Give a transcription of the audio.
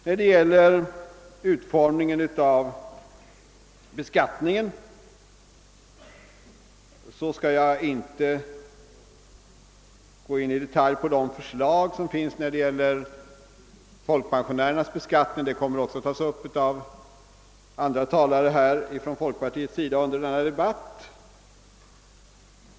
När det gäller utformningen av be skattningen skall jag inte gå in i detalj på det förslag som gäller folkpensionärernas beskattning. Det kommer också att tas upp av andra talare från folkpartiets sida under denna debatt.